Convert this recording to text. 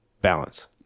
balance